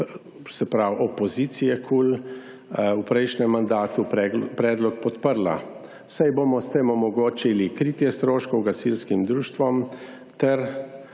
se pravi opozicije KUL v prejšnjem mandatu predlog podprla, saj bomo s tem omogočili kritje stroškov gasilskim društvom ter